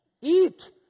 eat